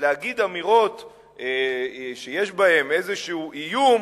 להגיד אמירות שיש בהן איזה איום,